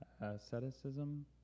asceticism